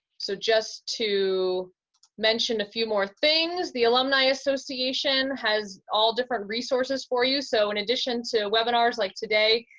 so just to mention a few more things, the alumni association has all different resources for you. so in addition to webinars like today,